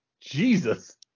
Jesus